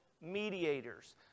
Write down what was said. mediators